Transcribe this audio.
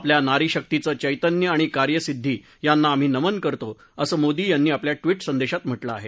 आपल्या नारीशक्तीचं चैतन्य आणि कार्यसिद्दी यांना आम्ही नमन करतो असं मोदी यांनी आपल्या ट्विट संदेशात म्हटलं आहे